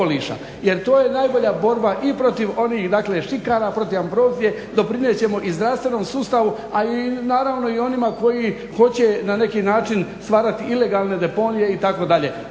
Jer to je najbolja borba i protiv onih, dakle šikara, protiv ambrozije. Doprinijet ćemo i zdravstvenom sustavu, a i naravno i onima koji hoće na neki način stvarati ilegalne deponije itd.